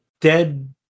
dead